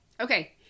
Okay